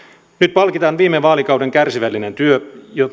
palkitaan viime vaalikauden kärsivällinen työ